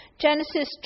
Genesis